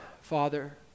Father